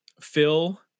phil